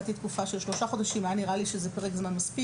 נתתי תקופה של כשלושה חודשים; זה היה נראה לי כמו פרק זמן מספיק,